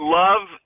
love